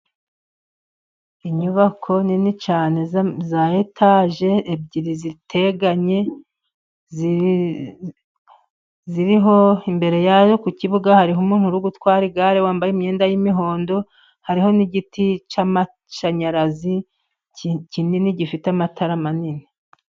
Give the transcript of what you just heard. Inyubako nini cyane za etaje ebyiri ziteganye, ziriho imbere yazo ku kibuga, hariho umuntu utwara igare wambaye imyenda y'imihondo, hariho n'igiti cy'amashanyarazi kinini, gifite amatara manini.